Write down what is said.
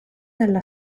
della